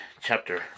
Chapter